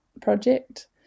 project